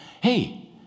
hey